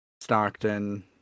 Stockton